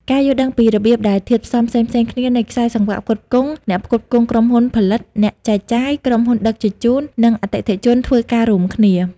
ការយល់ដឹងពីរបៀបដែលធាតុផ្សំផ្សេងៗគ្នានៃខ្សែសង្វាក់ផ្គត់ផ្គង់ អ្នកផ្គត់ផ្គង់ ក្រុមហ៊ុនផលិត អ្នកចែកចាយ ក្រុមហ៊ុនដឹកជញ្ជូន និងអតិថិជន ធ្វើការរួមគ្នា។